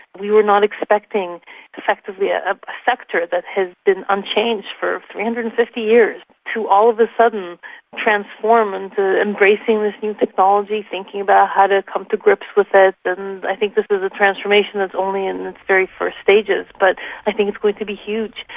we were not expecting effectively a sector that has been unchanged for three hundred and fifty years to all of a sudden transform and into embracing this new technology, thinking about how to come to grips with it, and i think this is a transformation that's only in its very first stages, but i think it's going to be huge.